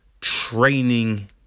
training